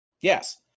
Yes